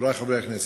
חברי חברי הכנסת,